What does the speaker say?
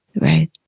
right